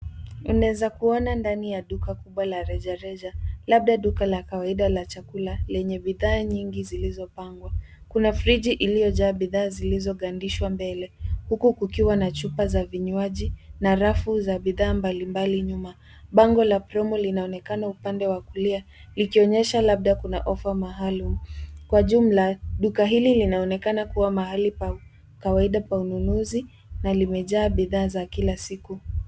Unaweza kuona ndani ya duka kubwa la rejareja, labda duka la kawaida la chakula lenye bidhaa nyingi zilizopangwa. Kuna friji iliyojaa bidhaa zilizogandishwa mbele, huku kukiwa na chupa za vinywaji na rafu za bidhaa mbalimbali nyuma. Bango la promo linaonekana upande wa kulia likionyesha labda kuna offer maalum. Kwa jumla duka hili linaonekana kuwa mahali pa kawaida pa ununuzi na limejaa bidhaa za kila siku.